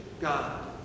God